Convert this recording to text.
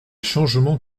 changements